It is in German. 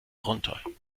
runter